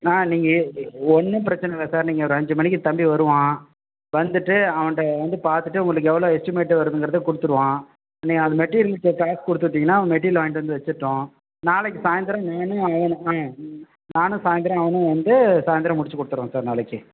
நான் நீங்கள் ஒன்றும் பிரச்சனை இல்லை சார் நீங்கள் ஒரு அஞ்சு மணிக்கு தம்பி வருவான் வந்துட்டு அவன்கிட்ட வந்து பார்த்துட்டு உங்களுக்கு எவ்வளோ எஸ்டிமேட் வருதுங்கிறதை கொடுத்துருவான் நீங்கள் அது மெட்டீரியல்ஸ்க்கு காசு கொடுத்து விட்டீங்கன்னா அவன் மெட்டீரியலை வாங்கிட்டு வந்து வச்சிடட்டும் நாளைக்கு சாயந்தரம் நானே அவனை நானும் சாயந்தரம் அவனும் வந்து சாயந்தரம் முடித்துக் கொடுத்துருவோம் சார் நாளைக்கு